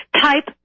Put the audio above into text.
type